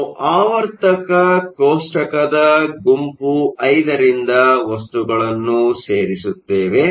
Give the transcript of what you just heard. ನಾವು ಆವರ್ತಕ ಕೋಷ್ಟಕದ ಗುಂಪು 5 ರಿಂದ ವಸ್ತುಗಳನ್ನು ಸೇರಿಸುತ್ತೇವೆ